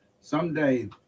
Someday